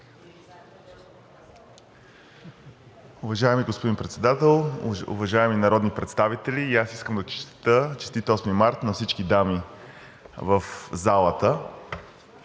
Уважаеми господин Председател, уважаеми народни представители! И аз искам да честитя: Честит 8-и март на всички дами в залата!